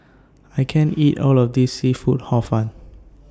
I can't eat All of This Seafood Hor Fun